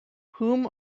whom